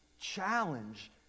challenge